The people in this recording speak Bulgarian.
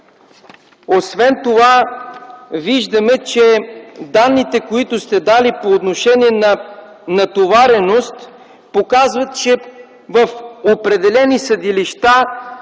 Освен това виждаме, че данните, които сте дали по отношение на натовареност, показват, че в определени съдилища